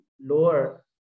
lower